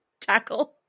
Tackle